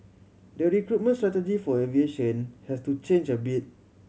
the recruitment strategy for aviation has to change a bit